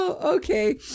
Okay